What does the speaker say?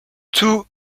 two